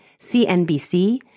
CNBC